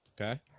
Okay